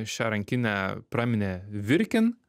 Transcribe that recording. šią rankinę praminė virkin